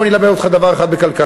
בוא אני אלמד אותך דבר אחד בכלכלה.